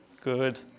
Good